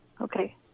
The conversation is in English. Okay